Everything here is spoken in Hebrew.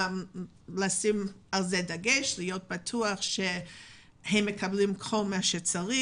לשים עליו דגש ולוודא שהן מקבלות כל מה שצריך.